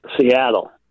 Seattle